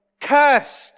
Cursed